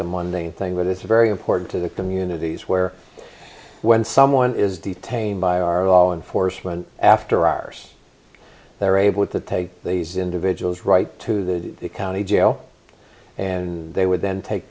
the monday thing but it's very important to the communities where when someone is detained by our law enforcement after hours they're able to take these individuals right to the county jail and they would then take